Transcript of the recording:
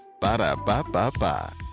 Ba-da-ba-ba-ba